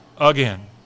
again